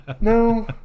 no